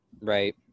Right